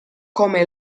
come